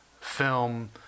film